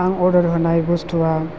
आं अर्दार होनाय बुस्थुवा